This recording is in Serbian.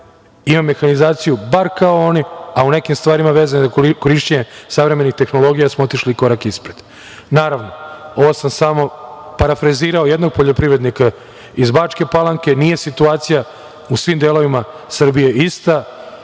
imam mehanizaciju bar kao oni, a u neki stvarima vezano za korišćenje savremenih tehnologija smo otišli korak ispred. Naravno, ovo sam samo parafrazirao jednog poljoprivrednika iz Bačke Palanke. Nije situacija u svim delovima Srbije ista,